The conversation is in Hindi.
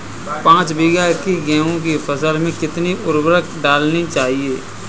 पाँच बीघा की गेहूँ की फसल में कितनी उर्वरक डालनी चाहिए?